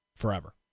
forever